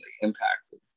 impacted